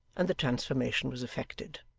and the transformation was effected.